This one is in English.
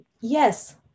yes